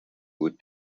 would